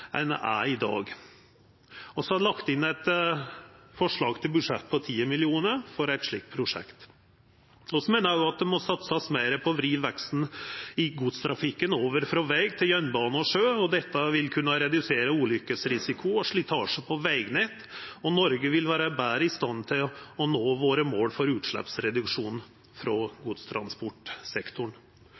enn det mange opplever at bomskillingane er i dag. Vi har lagt inn eit forslag til budsjett på 10 mill. kr for eit slikt prosjekt. Eg meiner òg at det må satsast meir på å vri veksten i godstrafikken over frå veg til jernbane og sjø. Dette vil kunna redusera ulukkesrisikoen og slitasjen på vegnettet, og Noreg vil vera betre i stand til å nå måla sine for utsleppsreduksjonen frå godstransportsektoren.